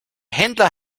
händler